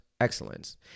excellence